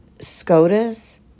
SCOTUS